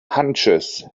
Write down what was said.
hunches